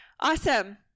awesome